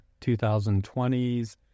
2020s